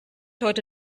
heute